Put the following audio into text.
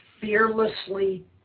fearlessly